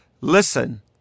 Listen